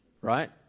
Right